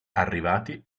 arrivati